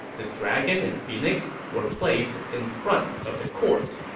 the dragon and phoenix were placed in front of the court.